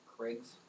Craig's